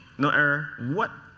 no error what?